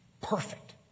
Perfect